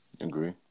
Agree